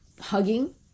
hugging